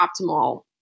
optimal